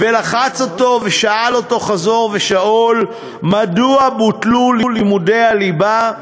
ולחץ אותו ושאל אותו חזור ושאול מדוע בוטלו לימודי הליבה.